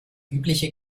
übliche